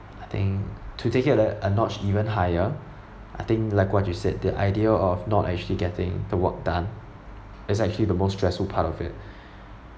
I think to take it a notch even higher I think like what you said the idea of not actually getting the work done is actually the most stressful part of it